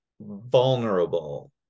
vulnerable